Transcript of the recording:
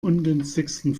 ungünstigsten